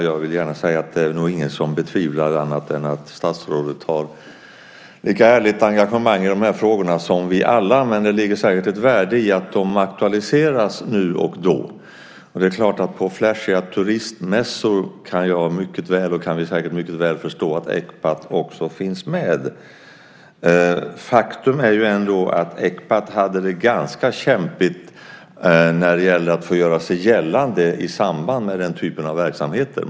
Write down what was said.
Fru talman! Det är nog ingen som betvivlar att statsrådet, liksom vi alla, har ett mycket ärligt engagemang i dessa frågor. Men det ligger säkert ett värde i att de aktualiseras nu och då. Och det är klart att man mycket väl kan förstå att Ecpat finns med också på flashiga turistmässor. Faktum är ändå att Ecpat hade det ganska kämpigt när det gällde att få göra sig gällande i samband med den typen av verksamheter.